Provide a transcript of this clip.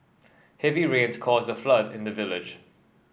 heavy rains caused a flood in the village